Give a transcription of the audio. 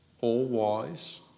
all-wise